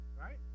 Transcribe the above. Right